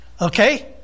Okay